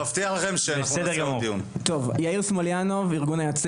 אני מבטיח לכם שאנחנו נעשה עוד דיון.